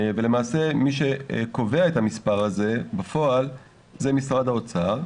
ומי שקובע את המספר בפועל זה משרד האוצר,